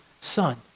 son